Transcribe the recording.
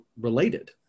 related